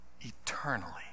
eternally